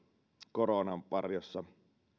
koronan varjossa